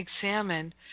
examine